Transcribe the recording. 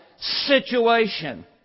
situation